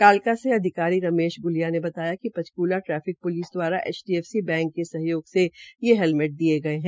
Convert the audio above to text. कालका से अधिकारी रमेश ग्लिया ने बताया कि पंचक्ला ट्रैफिक प्लिस द्वारा एचडीएफसी बैंक के सहयोग से ये हेलमेट दिये गये है